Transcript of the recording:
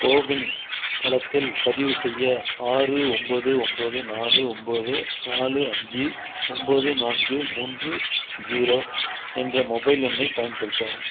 CoWIN தளத்தில் பதிவு செய்ய ஆறு ஒம்பது ஒம்பது நாலு ஒம்பது நாலு அஞ்சு ஒம்பது நான்கு மூன்று ஜீரோ என்ற மொபைல் எண்ணைப் பயன்படுத்தவும்